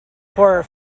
horror